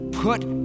Put